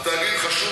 התאגיד חשוב